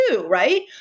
right